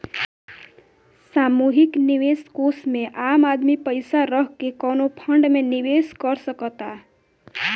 सामूहिक निवेश कोष में आम आदमी पइसा रख के कवनो फंड में निवेश कर सकता